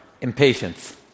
Impatience